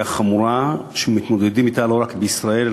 חמורה שמתמודדים אתה לא רק בישראל,